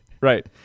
right